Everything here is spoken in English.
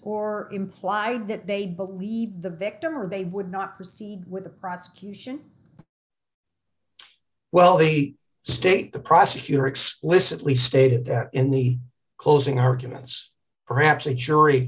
or implied that they believe the victim or they would not proceed with the prosecution well the state the prosecutor explicitly stated that in the closing arguments perhaps the jury